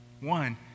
One